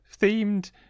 themed